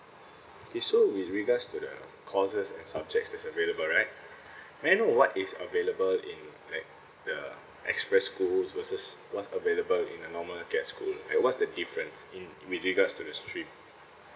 okay so with regards to the courses and subjects that's available right may I know what is available in like the express schools versus what's available in a normal NITEC school like what's the difference in with regards to the stream